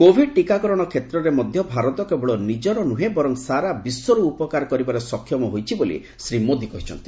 Covid ଟିକାକରଣ କ୍ଷେତ୍ରରେ ମଧ୍ୟ ଭାରତ କେବଳ ନିଜର ନୁହେଁ ବରଂ ସାରା ବିଶ୍ୱର ଉପକାର କରିବାରେ ସକ୍ଷମ ହୋଇଛି ବୋଲି ଶ୍ରୀ ମୋଦି କହିଛନ୍ତି